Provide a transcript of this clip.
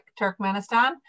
Turkmenistan